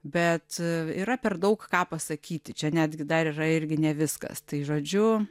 bet yra per daug ką pasakyti čia netgi dar yra irgi ne viskas tai žodžiu